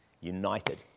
united